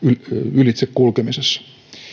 ylitse kulkemisessa